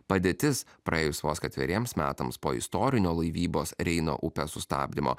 padėtis praėjus vos ketveriems metams po istorinio laivybos reino upės sustabdymo